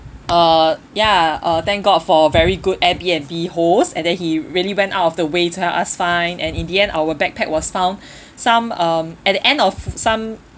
uh ya uh thank god for very good airbnb host and then he really went out of the way to help us find and in the end our backpack was found some um at the end of some